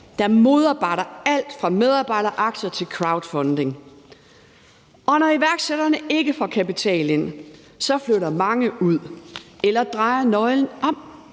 der modarbejder alt fra medarbejderaktier til crowdfunding. Og når iværksætterne ikke får kapital ind, flytter mange ud eller drejer nøglen om,